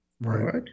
Right